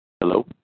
Hello